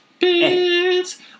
Bits